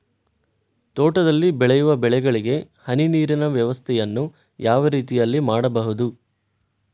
ತೋಟದಲ್ಲಿ ಬೆಳೆಯುವ ಬೆಳೆಗಳಿಗೆ ಹನಿ ನೀರಿನ ವ್ಯವಸ್ಥೆಯನ್ನು ಯಾವ ರೀತಿಯಲ್ಲಿ ಮಾಡ್ಬಹುದು?